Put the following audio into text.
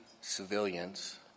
civilians